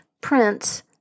prince